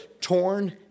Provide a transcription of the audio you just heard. torn